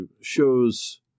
shows